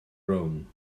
brown